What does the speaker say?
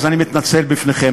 אני מתנצל בפניכם.